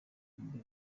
mubi